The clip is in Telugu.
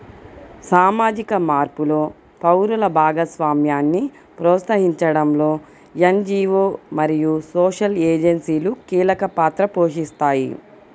సామాజిక మార్పులో పౌరుల భాగస్వామ్యాన్ని ప్రోత్సహించడంలో ఎన్.జీ.వో మరియు సోషల్ ఏజెన్సీలు కీలక పాత్ర పోషిస్తాయి